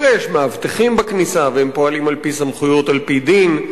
הרי יש מאבטחים בכניסה והם פועלים על-פי סמכויות על-פי דין.